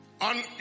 on